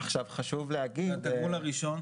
והתגמול הראשון?